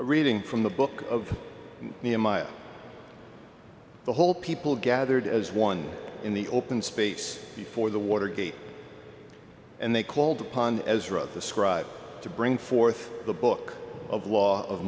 reading from the book of nehemiah the whole people gathered as one in the open space before the watergate and they called upon as wrote the scribe to bring forth the book of law of